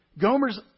Gomer's